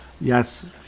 Yes